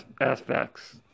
aspects